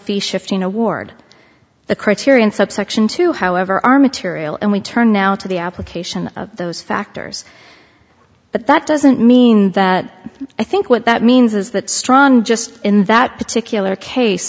fee shifting award the criterion subsection to however our material and we turn now to the application of those factors but that doesn't mean that i think what that means is that strong just in that particular case